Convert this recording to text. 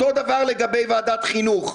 אותו דבר לגבי ועדת חינוך.